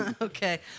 Okay